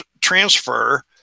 transfer